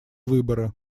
выборы